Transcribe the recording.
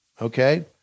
Okay